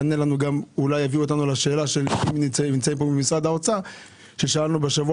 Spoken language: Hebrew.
אולי יביא אותנו לשאלה שנמצאים פה משרד האוצר ששאלנו בשבוע